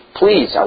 please